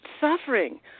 suffering